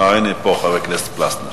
הנה הוא פה, חבר הכנסת פלסנר.